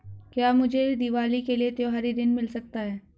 क्या मुझे दीवाली के लिए त्यौहारी ऋण मिल सकता है?